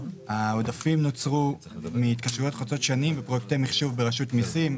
העודפים נוצרו מהתקשרויות חוצות שנים ופרויקטי מחשוב ברשות מיסים,